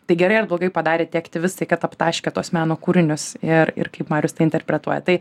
tai gerai ar blogai padarė tie aktyvistai kad aptaškė tuos meno kūrinius ir ir kaip marius tai interpretuoja tai